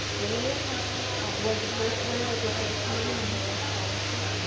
medina has was the first winner of the j. kennedy memorial scholarship,